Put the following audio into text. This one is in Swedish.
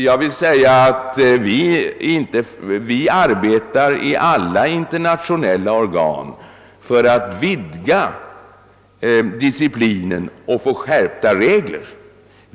Jag vill säga att vi arbetar i alla internationella organ för att vidga dis ciplinen och få skärpta regler.